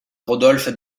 rodolphe